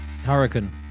Hurricane